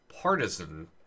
partisan